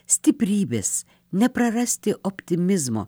stiprybės neprarasti optimizmo